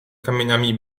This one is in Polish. kamieniami